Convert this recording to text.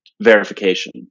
verification